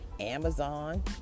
Amazon